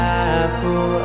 apple